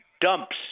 dumps